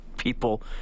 people